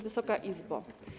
Wysoka Izbo!